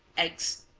eggs,